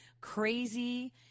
crazy